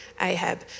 Ahab